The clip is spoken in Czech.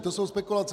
To jsou spekulace.